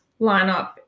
lineup